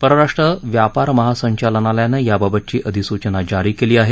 परराष्ट्र व्यापार महासंचालनालयानं याबाबतची अधिसूचना जारी केली हे